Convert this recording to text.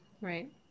Right